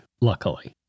Luckily